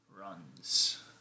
runs